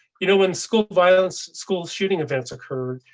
you know when school violence school shooting events occured,